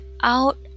out